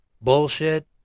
bullshit